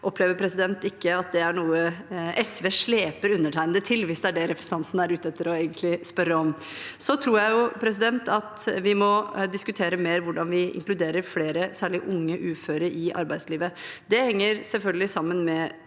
opplever ikke at det er noe SV «sleper» undertegnede til – hvis det er det representanten egentlig er ute etter å spørre om. Jeg tror at vi må diskutere mer hvordan vi inkluderer flere, særlig unge uføre, i arbeidslivet. Det henger selvfølgelig sammen med